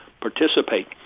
participate